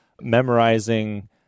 memorizing